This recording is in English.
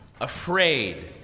afraid